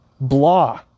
blah